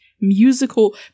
musical